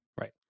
Right